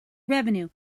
revenue